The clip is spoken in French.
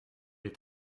est